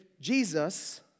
Jesus